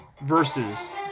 versus